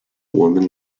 woman